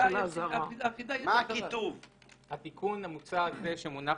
התיקון שמונח